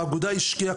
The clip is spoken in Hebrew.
האגודה השקיעה,